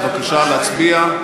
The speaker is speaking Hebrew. בבקשה להצביע.